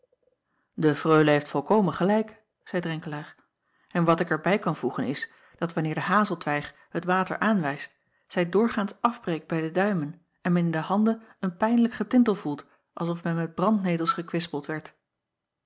e reule heeft volkomen gelijk zeî renkelaer en wat ik er bij kan voegen is dat wanneer de hazeltwijg het water aanwijst zij doorgaans afbreekt bij de duimen en men in de handen een pijnlijk getintel voelt als of men met brandnetels gekwispeld werd